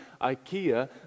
Ikea